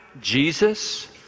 Jesus